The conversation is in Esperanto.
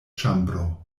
ĉambro